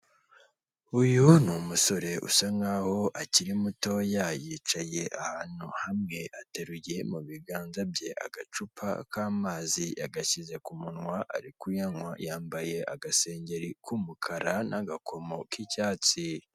Uyu ni umusore usa nkaho akiri mutoya. Yicaye ahantu hamwe ateruye mu biganza bye agacupa k'amazi, yagashyize ku munwa ari kuyanywa. Yambaye agasengeri k'umukara n'agakomo k'icyatsi.